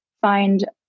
find